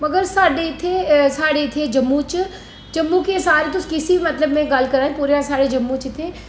मगर साढ़े इत्थै जम्मू च जम्मू के सारै गै इत्थै तुस किसे दी बी गल्ल करो जम्मू च इत्थै